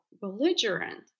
belligerent